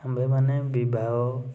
ଆମ୍ଭେମାନେ ବିବାହ